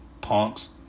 punks